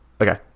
Okay